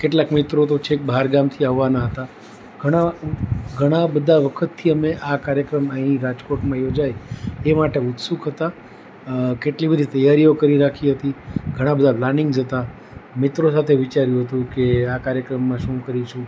કેટલાક મિત્રો તો છેક બહાર ગામથી આવાના હતા ઘણા ઘણા બધા વખતથી અમે આ કાર્યક્રમ અહી રાજકોટમાં યોજાય એ માટે ઉત્સુક હતા કેટલી બધી તૈયારીઓ કરી રાખી હતી ઘણા બધા પ્લાનીંગ્સ હતા મિત્રો સાથે વિચાર્યું હતું કે આ કાર્યક્રમમાં શું કરીશું